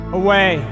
away